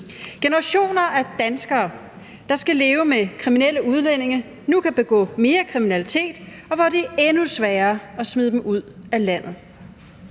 generationer af danskere, der skal leve med, at kriminelle udlændinge nu kan begå mere kriminalitet, og at det er endnu sværere at smide dem ud af landet.